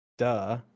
duh